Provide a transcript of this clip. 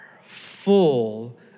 full